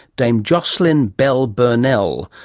dame jocelyn bell burnell,